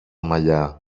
μαλλιά